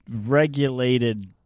regulated